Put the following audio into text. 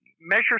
measure